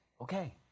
okay